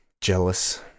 jealous